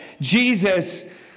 Jesus